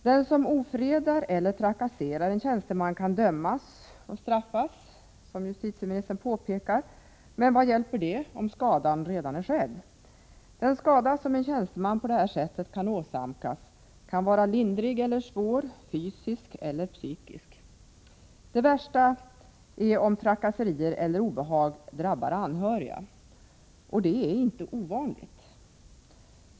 Den som ofredar eller trakasserar en tjänsteman kan dömas och straffas, som justitieministern påpekar, men vad hjälper det om skadan redan är skedd? Den skada som en tjänsteman på det här sättet kan åsamkas kan vara lindrig eller svår, fysisk eller psykisk. Det värsta är om trakasserier eller obehag drabbar anhöriga — och det är inte ovanligt.